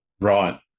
right